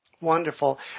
Wonderful